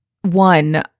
one—